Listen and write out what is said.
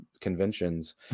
conventions